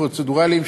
פרוצדורליים,